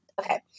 Okay